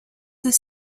this